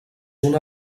una